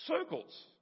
circles